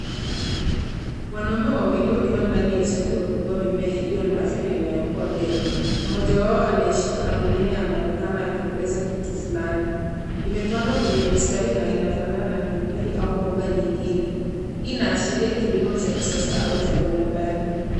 Wanaume wawili wakiwa ndani ya chafu waki kagua mimea ilio na afya na inayo kuwa vyema, mmoja wao anaishika na mwingine anaonekana akieleza kitu flani, ime pandwa kwenye mistari na inafanana na pilipili au mbogo nyingine, hii ina ashiria kilimo cha kisasa au cha viwandani.